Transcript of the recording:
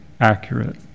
accurate